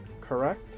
correct